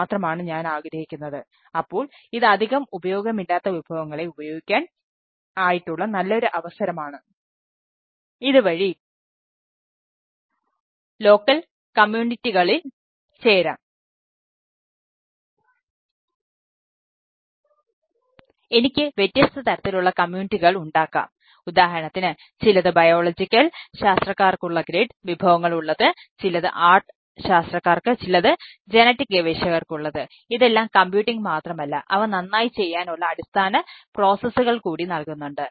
മറ്റൊരു മിഡിൽവേർ കൂടി നൽകുന്നുണ്ട്